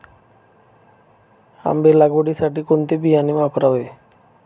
आंबा लागवडीसाठी कोणते बियाणे वापरावे?